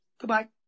Goodbye